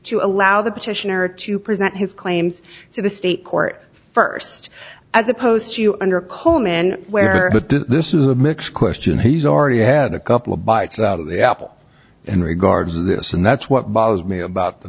to allow the petitioner to present his claims to the state court first as opposed to under coleman where this is a mix question he's already had a couple of bites out of the apple in regards to this and that's what bothers me about the